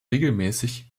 regelmäßig